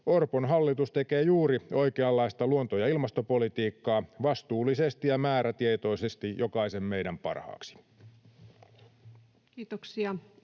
Orpon hallitus tekee juuri oikeanlaista luonto- ja ilmastopolitiikkaa vastuullisesti ja määrätietoisesti jokaisen meidän parhaaksi. [Speech